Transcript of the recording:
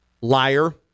liar